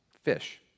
fish